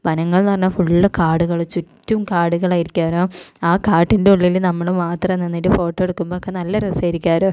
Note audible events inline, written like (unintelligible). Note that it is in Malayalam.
വനങ്ങൾ എന്ന് പറഞ്ഞാൽ ഫുള്ള് കാടുകൾ ചുറ്റും കാടുകളായിരിക്കും (unintelligible) ആ കാട്ടിൻ്റെ ഉള്ളിൽ നമ്മൾ മാത്രം നിന്നിട്ട് ഫോട്ടോ എടുക്കുമ്പോൾ ഒക്കെ നല്ല രസമായിരിക്കും ആ ഒരു